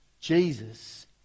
Jesus